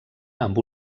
amb